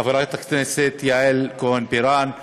חברת הכנסת יעל כהן-פארן,